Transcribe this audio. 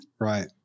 Right